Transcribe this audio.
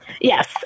Yes